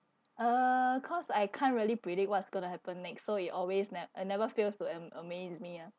uh cause I can't really predict what's going to happen next so you always I never fails to am~ amaze me ah